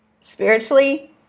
spiritually